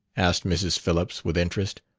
asked mrs. phillips, with interest.